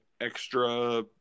extra